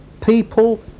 people